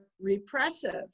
repressive